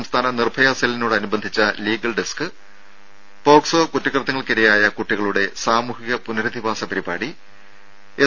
സംസ്ഥാന നിർഭയ സെല്ലിനോട് അനുബന്ധിച്ച ലീഗൽ ഡെസ്ക് പോക്സോ കുറ്റകൃത്യങ്ങൾക്കിരയായ കുട്ടികളുടെ സാമൂഹിക പുനരധിവാസ പരിപാടി എസ്